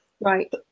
Right